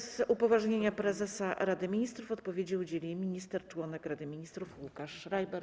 Z upoważnienia prezesa Rady Ministrów odpowiedzi udzieli minister - członek Rady Ministrów Łukasz Schreiber.